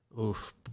Oof